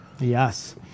Yes